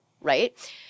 right